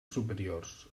superiors